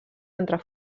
entrar